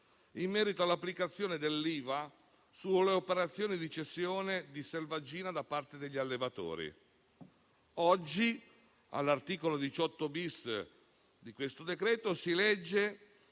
in merito all'applicazione dell'IVA sulle operazioni di cessione di selvaggina da parte degli allevatori. Oggi, all'articolo 18-*bis* del provvedimento in esame, si legge